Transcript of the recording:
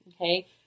okay